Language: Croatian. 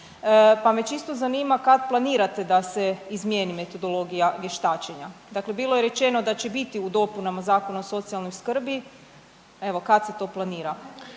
pa me čisto zanima kad planirate da se izmijeni metodologija vještačenja? Dakle, bilo je rečeno da će biti u dopunama Zakona o socijalnoj skrbi, evo kad se to planira?